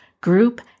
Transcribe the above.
group